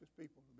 people